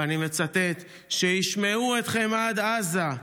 ואני מצטט: שישמעו אתכם עד עזה.